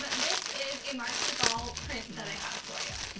um and this is a marc chagall print that i have for yeah